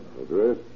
Address